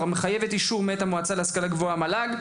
מחייבת אישור מאת המועצה להשכלה גבוהה (המל"ג).